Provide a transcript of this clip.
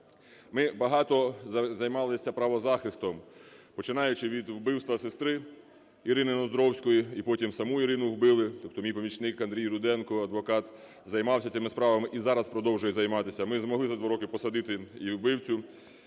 Ми багато займалися правозахистом, починаючи від вбивства сестри Ірини Ноздровської, і потім саму Ірину вбили. Тобто мій помічник Андрій Руденко, адвокат, займався цими справами, і зараз продовжує займатися. Ми змогли за два роки посадити і вбивцю,